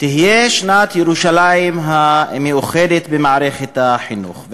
תהיה שנת ירושלים המאוחדת במערכת החינוך.